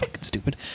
stupid